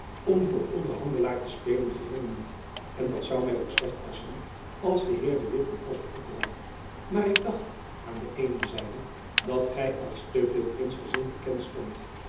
om voor onderhandelaar te spelen geheel niet en dat zoû my ook slecht passen als de heer de witt u dien post opdraagt maar ik dacht aan de eene zijde dat gy als te veel prinsgezind bekend stondt